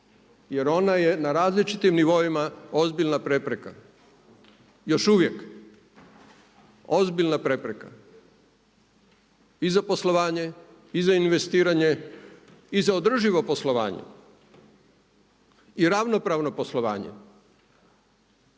Jer ona je na različitim nivoima ozbiljna prepreka, još uvijek, ozbiljna prepreka i za poslovanje i za investiranje i za održivo poslovanje i ravnopravno poslovanje.